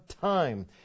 time